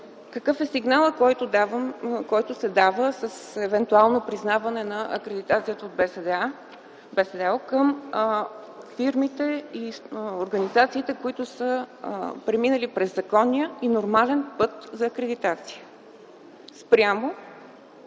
Какъв е сигналът, който се дава с евентуално признаване на акредитацията от БСДАУ към фирмите и организациите, преминали през законния и нормален път за акредитация, спрямо